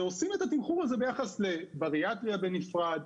זה שעושים את התמחור הזה ביחס לבריאטרייה בנפרד,